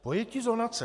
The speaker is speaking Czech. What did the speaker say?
Pojetí zonace.